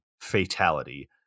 fatality